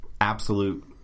absolute